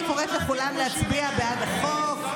אני קוראת לכולם להצביע בעד החוק,